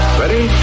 ready